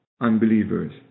unbelievers